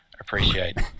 appreciate